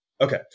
Okay